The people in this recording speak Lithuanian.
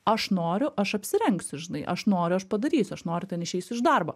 aš noriu aš apsirengsiu žinai aš noriu aš padarysiu aš noriu ten išeisiu iš darbo